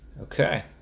Okay